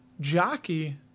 jockey